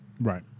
Right